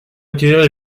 accueillir